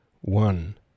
one